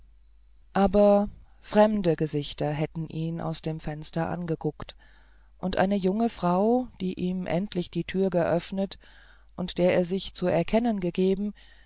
aber fremde gesichter hätten ihn aus dem fenster angeguckt und eine junge frau die ihm endlich die tür geöffnet und der er sich zu erkennen gegeben